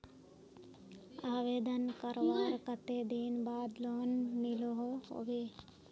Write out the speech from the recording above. आवेदन करवार कते दिन बाद लोन मिलोहो होबे?